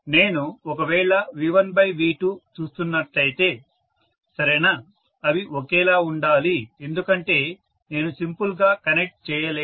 నేను ఒకవేళ V1V2 చూస్తున్నట్లయితే సరేనా అవి ఒకేలా ఉండాలి ఎందుకంటే నేను సింపుల్ గా కనెక్ట్ చేయలేను